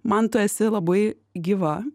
man tu esi labai gyva